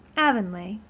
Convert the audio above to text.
avonlea,